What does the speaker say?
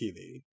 TV